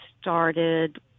started